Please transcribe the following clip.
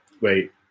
wait